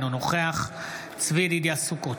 אינו נוכח צבי ידידיה סוכות,